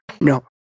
no